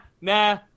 nah